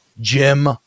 Jim